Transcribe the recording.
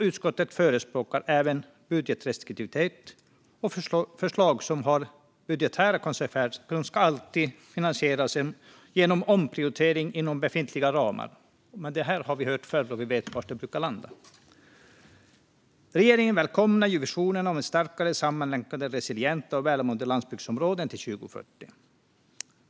Utskottet förespråkar även budgetrestriktivitet, och förslag som har budgetära konsekvenser ska alltid finansieras genom omprioritering inom befintliga ramar. Detta har vi dock hört förr, och vi vet var det brukar landa. Regeringen välkomnar visionen om starkare, sammanlänkade, resilienta och välmående landsbygdsområden till 2040.